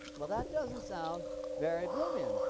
well, that doesn't sound very bloomian,